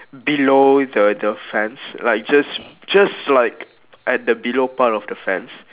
below the the fence like just just like at the below part of the fence